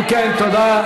אם כן, תודה.